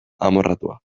amorratua